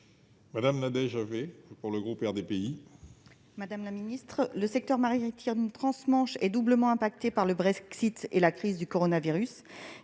Madame la ministre, le secteur maritime trans-Manche est doublement affecté, par le Brexit et par la crise du coronavirus.